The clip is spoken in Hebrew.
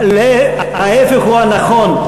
ההפך הוא הנכון.